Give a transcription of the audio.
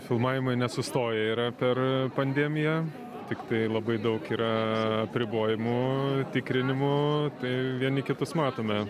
filmavimai nesustoję yra per pandemiją tiktai labai daug yra apribojimų tikrinimų tai vieni kitus matome